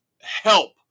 help